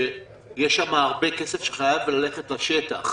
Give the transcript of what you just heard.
שיש שם הרבה כסף שחייב ללכת לשטח.